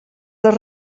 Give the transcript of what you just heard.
les